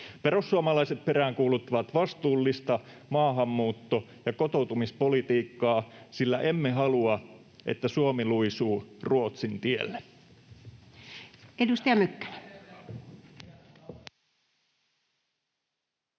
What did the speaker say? Perussuomalaiset peräänkuuluttavat vastuullista maahanmuutto- ja kotoutumispolitiikkaa, sillä emme halua, että Suomi luisuu Ruotsin tielle.